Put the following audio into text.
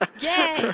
Yay